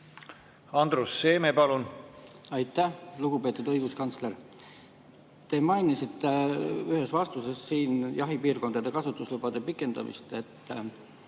Andrus Seeme, palun! Aitäh! Lugupeetud õiguskantsler! Te mainisite ühes vastuses siin jahipiirkondade kasutuslubade pikendamist.